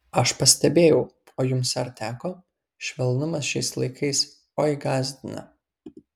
aš pastebėjau o jums ar teko švelnumas šiais laikais oi gąsdina